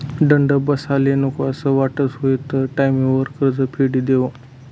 दंड बसाले नको असं वाटस हुयी त टाईमवर कर्ज फेडी देवो